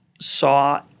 saw